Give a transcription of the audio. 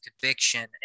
conviction